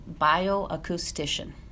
bioacoustician